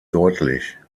deutlich